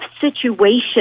situation